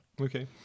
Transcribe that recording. okay